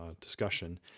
discussion